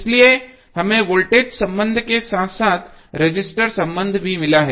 इसलिए हमें वोल्टेज संबंध के साथ साथ रजिस्टेंस संबंध भी मिला हैं